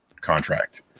contract